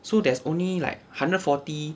so there's only like hundred forty